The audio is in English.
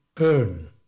earn